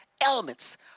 elements